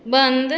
बन्द